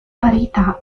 parità